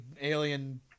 alien